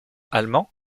allemand